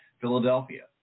Philadelphia